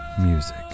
music